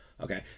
Okay